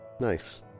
Nice